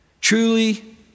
Truly